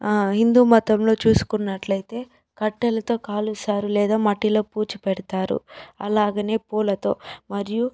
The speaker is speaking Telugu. హిందూ మతంలో చూసుకున్నట్లయితే కట్టెలతో కాలుస్తారు లేదా మట్టిలో పూడ్చి పెడతారు అలాగనే పూలతో మరియు